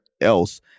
else